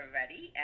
ready